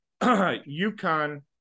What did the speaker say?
UConn